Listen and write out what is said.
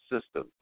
system